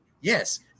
Yes